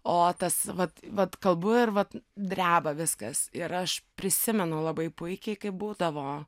o tas vat vat kalbu ir vat dreba viskas ir aš prisimenu labai puikiai kaip būdavo